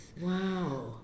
Wow